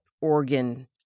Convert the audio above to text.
organ